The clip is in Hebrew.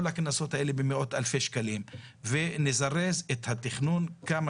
הקנסות האלה במאות אלפי שקלים ונזרז את התכנון כמה